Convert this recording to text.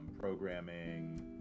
programming